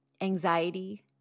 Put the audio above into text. anxiety